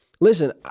listen